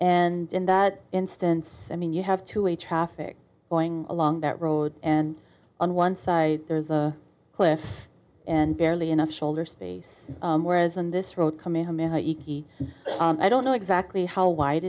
and in that instance i mean you have to a traffic going along that road and on one side there's a cliff and barely enough shoulder space whereas on this road coming home i don't know exactly how wide